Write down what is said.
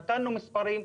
נתנו מספרים.